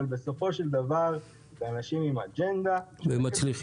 בסופו של דבר הם אנשים עם אג'נדה והם מקדמים